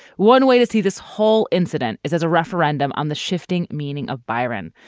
one way to see this whole incident is as a referendum on the shifting meaning of byron,